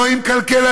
לא עם כלכלנים,